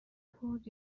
بود